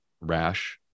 rash